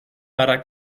para